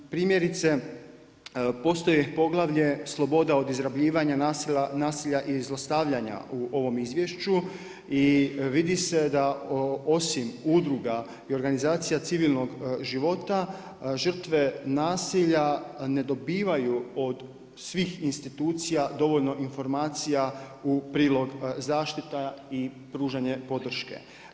Primjerice, postoji poglavlje sloboda od izrabljivanja, nasilja i zlostavljanja u ovom izvješću i vidi se da osim udruga i organizacija civilnog života žrtve nasilja ne dobivaju od svih institucija dovoljno informacija u prilog zaštita i pružanje podrške.